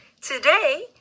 Today